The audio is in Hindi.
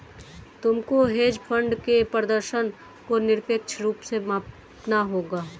तुमको हेज फंड के प्रदर्शन को निरपेक्ष रूप से मापना होगा